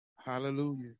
Hallelujah